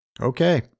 Okay